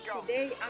today